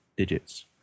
digits